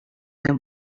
them